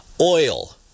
Oil